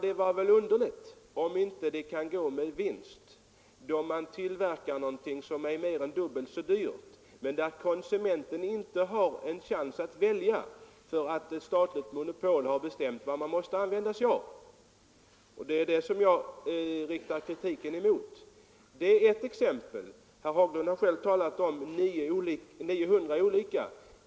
Det vore underligt om inte företaget kan gå med vinst då det tillverkar någonting som är mer än dubbelt så dyrt som motsvarande produkt från en annan tillverkare — men som konsumenterna inte har en chans att välja därför att ett statligt monopol bestämmer vilken produkt de skall använda. Det är det jag riktar kritiken mot! Detta var ett exempel. Herr Haglund har själv talat om 900 olika produkter.